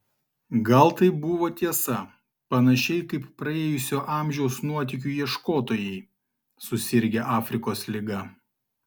gal tai buvo tiesa panašiai kaip praėjusio amžiaus nuotykių ieškotojai susirgę afrikos liga